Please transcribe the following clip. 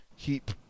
keep